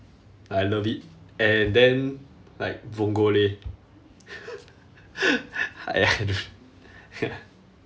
I love it and then like vongole I don't